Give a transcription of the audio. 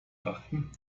achten